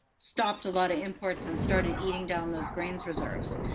stopped a lot of imports, and started eating down those grains reserves.